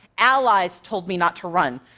allies told me not to run.